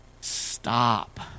Stop